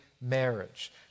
marriage